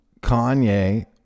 Kanye